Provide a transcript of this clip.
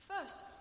First